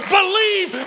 Believe